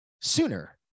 sooner